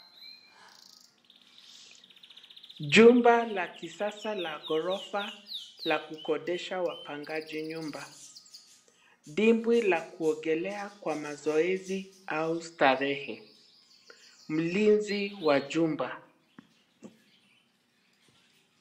Jumba la kisasa la ghorofa, la kukodesha wapangaji nyumba. Dimbwi la kuogelea kwa mazoezi, au starehe. Mlinzi wa jumba.